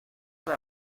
cada